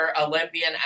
Olympian